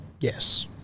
Yes